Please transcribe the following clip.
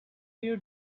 you